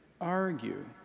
argue